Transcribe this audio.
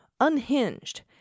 unhinged